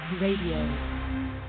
Radio